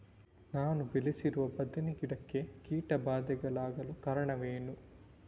ನಾನು ಬೆಳೆಸಿರುವ ಬದನೆ ಗಿಡಕ್ಕೆ ಕೀಟಬಾಧೆಗೊಳಗಾಗಲು ಕಾರಣವೇನು?